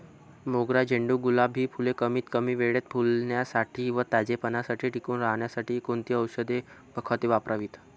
मोगरा, झेंडू, गुलाब हि फूले कमीत कमी वेळेत फुलण्यासाठी व ताजेपणा टिकून राहण्यासाठी कोणती औषधे व खते वापरावीत?